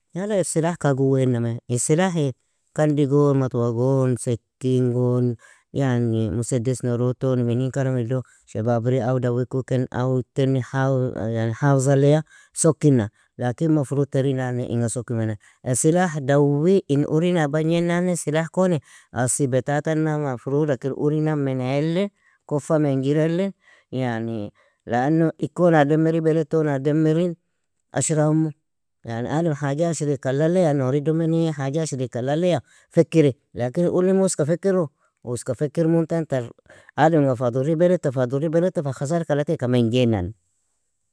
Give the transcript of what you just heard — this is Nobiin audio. Yala ir silaah ka gua iname, in silaahi kandigu, matuagon, sekkin gon, yani Musaddess norod ton, minin karamido, shebaabri aw dawi ku ken aw ten hafzaleya sokina. Laki mafrud terinani inga sokimanea. Silaah dawwi in urin a bagny naani silaah koni aasi betatana mafrudakir urinan menalin, kofa menjirelin, yani lano ikon aa demmiri beld ton aa dimmirin ashraa imu. Yan adem haja ashreaka alaleya, nouri do menii haja ashreaka alaleya fekkiri. Lakin ulim uoska fekkiro, uoska fekkirmuntan tar ademga fa durri beleta, fa durri beleta fa khasar ka allateaka mejeanani.